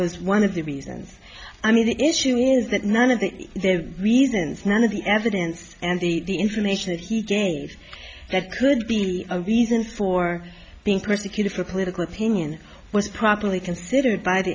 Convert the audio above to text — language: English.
was one of the reasons i mean the issue is that none of the reasons none of the evidence and the information that he did that could be a reason for being persecuted for political opinion was properly considered by the